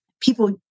People